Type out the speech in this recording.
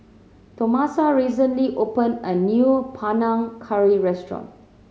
Tomasa recently opened a new Panang Curry restaurant